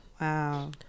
Wow